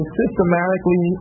systematically